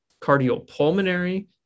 cardiopulmonary